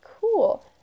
cool